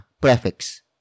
prefix